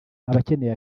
abakeneye